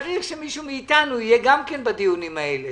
צריך שמישהו מאתנו יהיה בדיונים האלה.